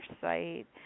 site